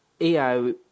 AI